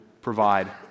provide